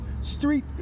street